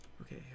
Okay